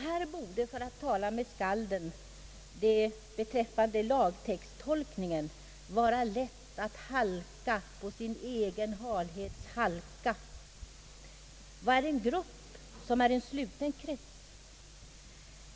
Här borde för att tala med skalden det beträffande lagtolkningen vara lätt »att halka på sin egen halhets halka». Vad är en grupp som är en sluten krets?